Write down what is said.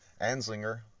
Anslinger